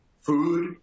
Food